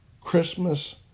Christmas